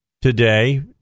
today